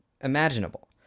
imaginable